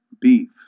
beef